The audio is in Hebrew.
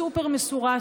סופר-מסורה,